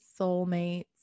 soulmates